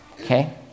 Okay